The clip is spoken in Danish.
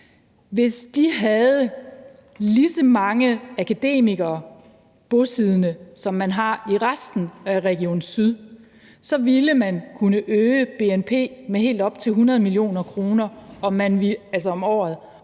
Hvis de havde lige så mange akademikere bosiddende, som man har i resten af Region Syd, så ville man kunne øge bnp med helt op til 100 mio. kr. om året,